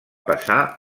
passar